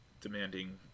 demanding